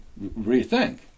rethink